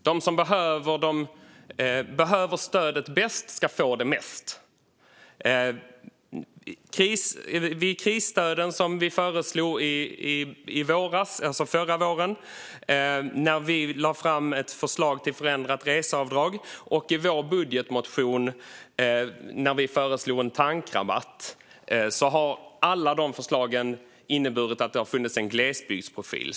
De som behöver stödet bäst ska få det mest. De krisstöd vi föreslog förra våren, när vi lade fram ett förslag till förändrat reseavdrag, och den tankrabatt vi föreslog i vår budgetmotion har inneburit att det har funnits en glesbygdsprofil.